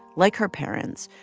like her parents,